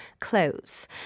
close